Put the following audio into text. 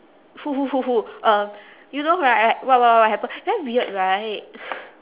who who who who um you know right what what what happen damn weird right